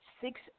six